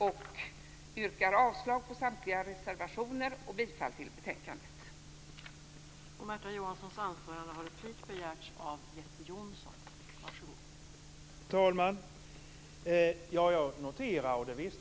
Jag yrkar avslag på samtliga reservationer och bifall till utskottets hemställan.